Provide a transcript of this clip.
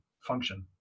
function